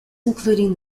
including